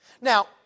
Now